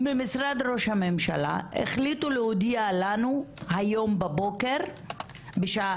ממשרד ראש הממשלה החליטו להודיע לנו היום בבוקר בשעה